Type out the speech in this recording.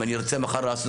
אם אני ארצה מחר לעשות,